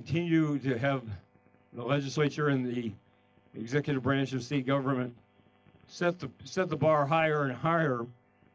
continue to have the legislature in the executive branch of the government set to set the bar higher and higher